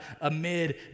amid